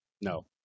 No